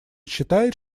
считает